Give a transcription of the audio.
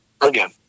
again